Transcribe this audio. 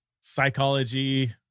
psychology